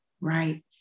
right